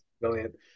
brilliant